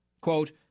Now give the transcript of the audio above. Quote